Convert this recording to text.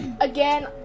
again